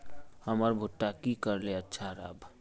हमर भुट्टा की करले अच्छा राब?